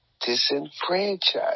disenfranchised